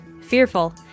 fearful